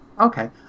Okay